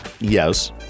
Yes